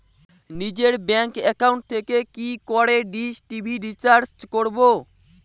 নিজের bank account থেকে কি করে ডিশ টি.ভি রিচার্জ করবো?